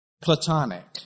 platonic